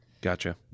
Gotcha